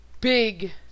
big